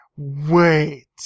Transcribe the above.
Wait